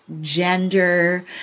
gender